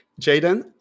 Jaden